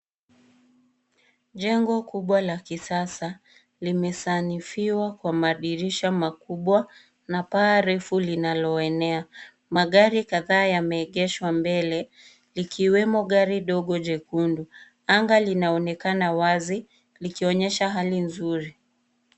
Jengo kubwa la kisasa limesanifiwa kwa madirisha makubwa na paa refu linaloenea. Magari kadhaa yameegeshwa mbele likiwemo gari ndogo jekundu. Anga linaonekana wazi likionyesha hali nzuri.